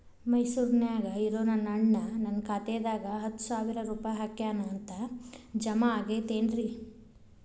ಮೈಸೂರ್ ನ್ಯಾಗ್ ಇರೋ ನನ್ನ ಅಣ್ಣ ನನ್ನ ಖಾತೆದಾಗ್ ಹತ್ತು ಸಾವಿರ ರೂಪಾಯಿ ಹಾಕ್ಯಾನ್ ಅಂತ, ಜಮಾ ಆಗೈತೇನ್ರೇ?